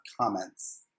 comments